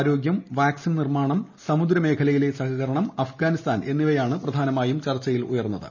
ആരോഗ്യം വാക്സിൻ നിർമാണം സമുദ്ര മേഖലയിലെ സഹകരണം അഫ്ഗാനിസ്ഥാൻ വിഷയം എന്നിവയാണ് പ്രധാനമായും ചർച്ചയിൽ വന്നത്